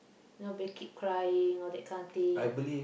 you know keep crying all that kind of thing